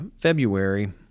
February